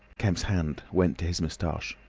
kemp's hand went to his moustache.